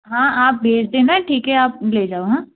हाँ आप भेज देना ठीक है आप ले जाओ हाँ